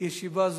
11:00.